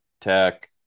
Tech